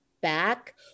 back